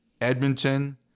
Edmonton